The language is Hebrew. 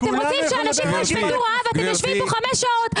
כשאתם רוצים שאנשים לא ישבתו רעב אתם יושבים פה חמש שעות,